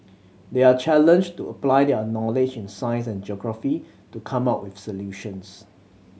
they are challenged to apply their knowledge in science and geography to come up with solutions